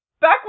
back